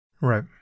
Right